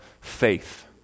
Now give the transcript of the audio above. faith